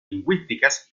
lingüísticas